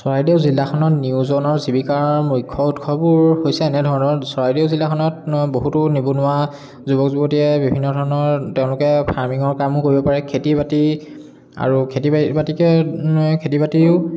চৰাইদেউ জিলাখনত নিয়োজনৰ জীৱিকাৰ মুখ্য উৎসবোৰ হৈছে এনেধৰণৰ চৰাইদেউ জিলাখনত বহুতো নিবনুৱা যুৱক যুৱতীয়ে বিভিন্ন ধৰণৰ তেওঁলোকে ফাৰ্মিঙৰ কামো কৰিব পাৰে খেতি বাতি আৰু খেতি বাতিকে খেতি বাতিও